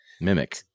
Mimic